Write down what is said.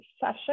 session